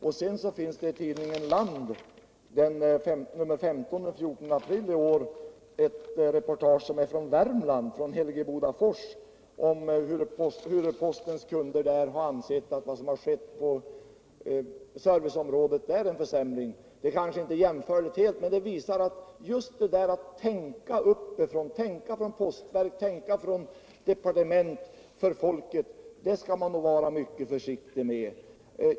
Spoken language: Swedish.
Vidare finns det i nr 15 av tidningen Land den 14 april i år ett reportage från Helgebodatfors i Värmland om hur postens kunder där har ansett alt vad som skett på serviceområdet är en försämring. Det är kanske inte helt jämförbart. men det visar att detta att tänka uppifrån på folkets vägnar skall man vara mycket försiktig med både inom postverket och inom departementet.